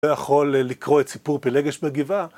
לא יכול לקרוא את סיפור פלגש בגבעה